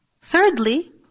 Thirdly